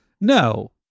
No